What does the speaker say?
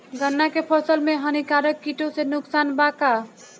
गन्ना के फसल मे हानिकारक किटो से नुकसान बा का?